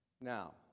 Now